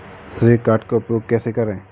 श्रेय कार्ड का उपयोग कैसे करें?